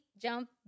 jump